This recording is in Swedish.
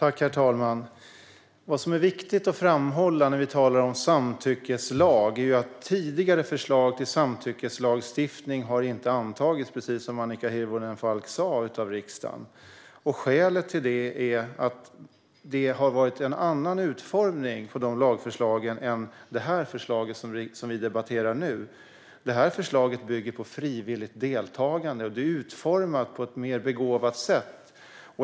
Herr talman! Vad som är viktigt att framhålla när vi talar om samtyckeslag är att tidigare förslag till samtyckeslagstiftning inte har antagits av riksdagen, precis som Annika Hirvonen Falk sa. Skälet till det är att det har varit en annan utformning på de lagförslagen än det här förslaget som vi debatterar nu. Det här förslaget bygger på frivilligt deltagande, och det är utformat på ett mer begåvat sätt.